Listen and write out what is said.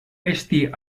esti